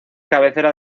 cabecera